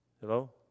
hello